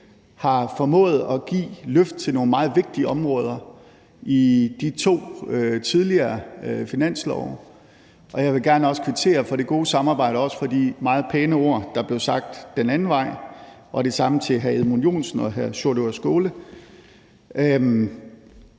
har formået at give et løft til nogle meget vigtige områder i de to tidligere finanslove. Og jeg vil også gerne kvittere for det gode samarbejde og også for de meget pæne ord, der blev sagt den anden vej. Det samme gælder hr. Edmund Joensen og hr. Sjúrður Skaale.